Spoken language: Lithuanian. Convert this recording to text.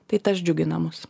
tai tas džiugina mus